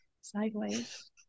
Sideways